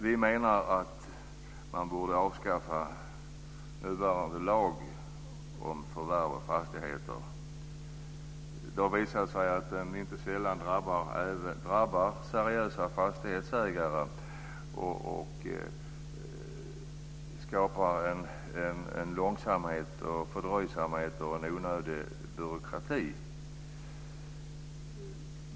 Vi menar att man borde avskaffa nuvarande lag om förvärv av hyresfastigheter. Det har visat sig att den inte sällan drabbar seriösa fastighetsägare och att den skapar långsamhet, fördröjning och onödig byråkrati.